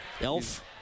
Elf